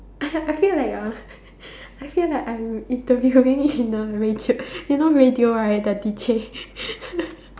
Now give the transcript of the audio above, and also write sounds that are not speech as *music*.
*laughs* I feel like you are I feel like I'm interviewing you in a radio you know radio right the D_J *laughs*